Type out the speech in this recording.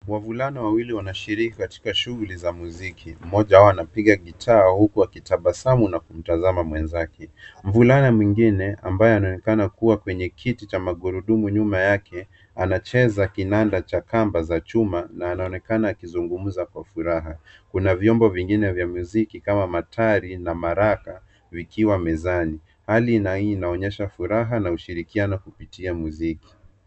Wavulana wawili wanashiriki katika shughuli za muziki. Mmoja wao anapiga gitaa, huku akitabasamu na kumtazama mwenzake. Mvulana mwingine, ambaye anaonekana kuwa kwenye kiti cha magurudumu nyuma yake, anacheza kinanda cha kamba za chuma, na anaonekana akizungumza kwa furaha. Kuna vyombo vingine vya muziki kama matari na maraka, vikiwa mezani. Hali na hii inaonyesha furaha na ushirikiano kupitia muziki.